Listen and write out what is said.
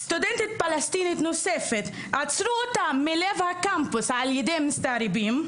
סטודנטית פלסטינית נוספת עצרו אותה מלב הקמפוס על ידי מסתערבים.